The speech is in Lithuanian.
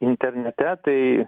internete tai